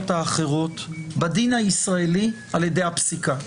האחרות בדין הישראלי על ידי הפסיקה.